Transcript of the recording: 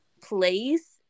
place